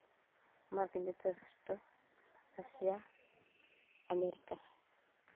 ᱢᱟᱨᱠᱤᱱ ᱡᱩᱠᱛᱚ ᱨᱟᱥᱴᱨᱚ ᱨᱟᱥᱤᱭᱟ ᱟᱢᱮᱨᱤᱠᱟ